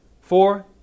Four